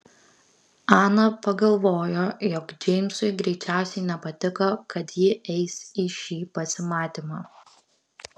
ana pagalvojo jog džeimsui greičiausiai nepatiko kad ji eis į šį pasimatymą